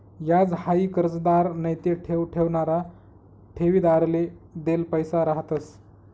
याज हाई कर्जदार नैते ठेव ठेवणारा ठेवीदारले देल पैसा रहातंस